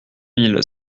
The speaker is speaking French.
mille